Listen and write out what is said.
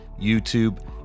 YouTube